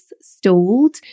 stalled